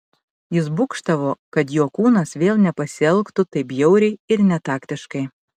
jis būgštavo kad jo kūnas vėl nepasielgtų taip bjauriai ir netaktiškai